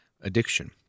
addiction